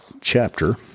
chapter